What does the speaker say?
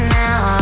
now